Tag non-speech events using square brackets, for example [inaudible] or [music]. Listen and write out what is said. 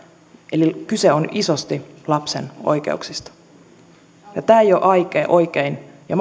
eli kyse on isosti lapsen oikeuksista tämä ei ole oikein ja [unintelligible]